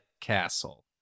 castle